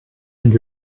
and